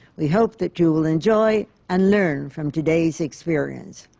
we hope that you will enjoy and learn from today's experience.